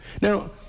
Now